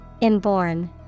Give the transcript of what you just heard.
Inborn